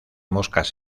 moscas